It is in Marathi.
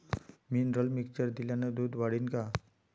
मिनरल मिक्चर दिल्यानं दूध वाढीनं का?